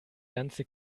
ganze